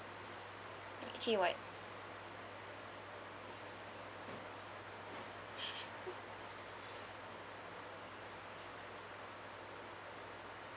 okay [what]